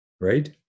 right